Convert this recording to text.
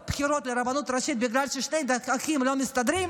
לרבנות הראשית בגלל ששני אחים לא מסתדרים.